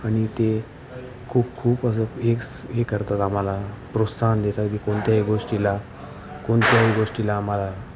आणि ते खूप खूप असं एक हे करतात आम्हाला प्रोत्साहन देतात की कोणत्याही गोष्टीला कोणत्याही गोष्टीला आम्हाला